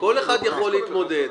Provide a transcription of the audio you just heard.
כל אחד יכול להתמודד,